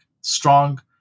Strong